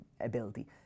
ability